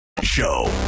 show